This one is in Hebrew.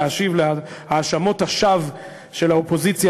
להשיב על האשמות השווא של האופוזיציה,